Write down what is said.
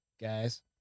guys